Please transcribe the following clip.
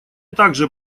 также